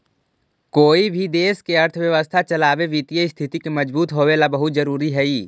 कोई भी देश के अर्थव्यवस्था चलावे वित्तीय स्थिति के मजबूत होवेला बहुत जरूरी हइ